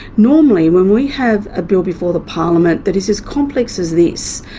normally when we have a bill before the parliament that is as complex as this,